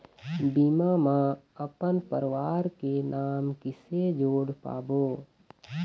बीमा म अपन परवार के नाम किसे जोड़ पाबो?